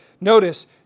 Notice